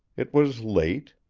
it was late.